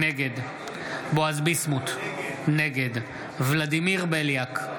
נגד בועז ביסמוט, נגד ולדימיר בליאק,